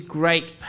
great